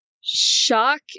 shock